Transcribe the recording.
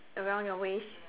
around your waist